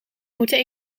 moeten